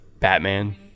Batman